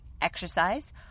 exercise